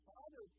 Father